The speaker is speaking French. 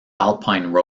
alpine